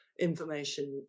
information